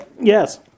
Yes